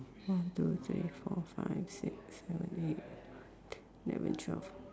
one two three four five six seven eight nine ten eleven twelve